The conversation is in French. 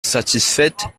satisfaite